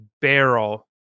barrel